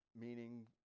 meaning